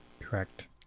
Correct